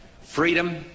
freedom